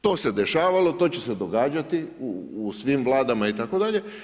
To se dešavalo, to će se događati u svim vladama itd.